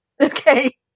Okay